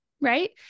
Right